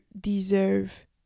deserve